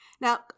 Now